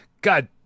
God